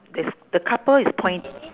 there's the couple is point~